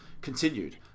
Continued